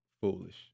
Foolish